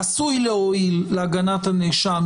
עשוי להועיל להגנת הנאשם,